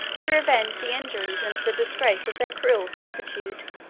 to revenge the injuries and the disgrace of their cruel servitude.